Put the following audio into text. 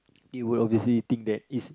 it will obviously think that is